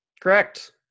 correct